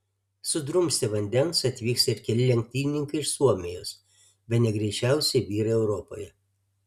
sudrumsti vandens atvyksta ir keli lenktynininkai iš suomijos bene greičiausi vyrai europoje